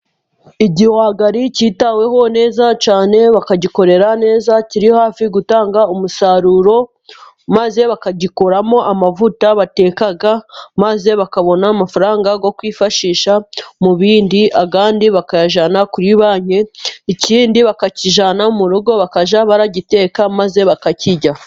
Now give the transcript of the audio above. Igihwagari kitaweho neza cyane, bakagikorera neza, kiri hafi gutanga umusaruro. Maze bakagikuramo amavuta bateka , maze bakabona amafaranga yo kwifashisha mu bindi. Ayandi bakayajyana kuri banki. Ikindi bakakijyana mu rugo bakajya bagiteka maze bakakirya.